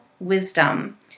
wisdom